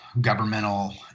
governmental